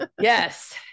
yes